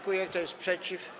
Kto jest przeciw?